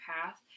path